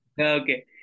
Okay